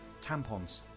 tampons